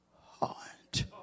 heart